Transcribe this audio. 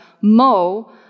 Mo